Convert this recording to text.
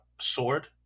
sword